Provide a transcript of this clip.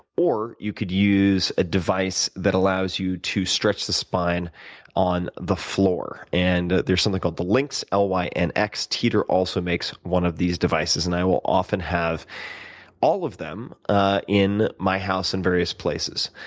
or you could use a device that allows you to stretch the spine on the floor. and there's something called the lynx, l y and n-x. teeter also makes one of these devices and i will often have all of them ah in my house in various places.